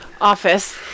office